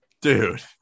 Dude